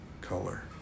color